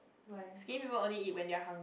skinny people only eat when they are hungry